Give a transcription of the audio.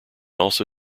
also